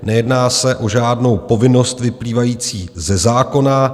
Nejedná se o žádnou povinnost vyplývající ze zákona.